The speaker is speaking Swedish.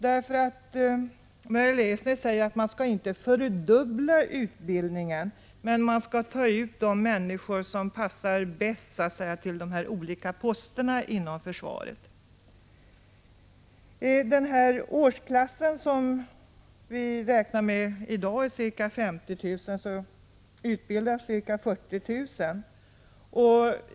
Hon säger att man inte skall fördubbla utbildningen, men man skall ta ut de människor som passar 81 bäst till de olika posterna inom försvaret. I den här årsklassen som vi i dag räknar med, och som omfattar ca 50 000, utbildas ca 40 000.